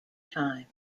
time